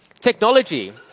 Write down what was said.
Technology